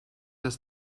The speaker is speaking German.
das